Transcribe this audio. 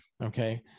okay